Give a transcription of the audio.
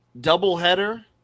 doubleheader